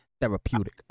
therapeutic